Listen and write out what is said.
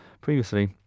previously